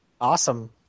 awesome